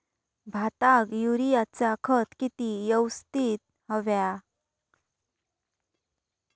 भाताक युरियाचा खत किती यवस्तित हव्या?